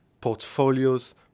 portfolios